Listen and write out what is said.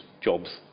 jobs